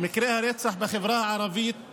מקרי הרצח בחברה הערבית